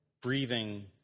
breathing